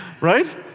right